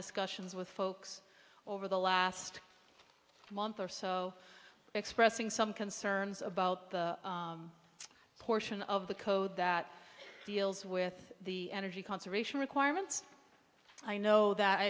discussions with folks over the last month or so expressing some concerns about the portion of the code that deals with the energy conservation requirements i know that i